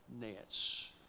nets